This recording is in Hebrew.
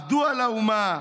/ עבדו על האומה.